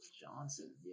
johnson